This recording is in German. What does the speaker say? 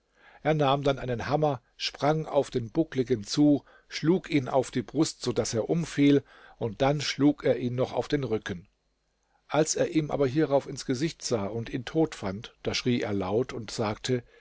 er nahm dann einen hammer sprang auf den buckligen zu schlug ihn auf die brust so daß er umfiel und dann schlug er ihn noch auf den rücken als er ihm aber hierauf ins gesicht sah und ihn tot fand da schrie er laut und sagte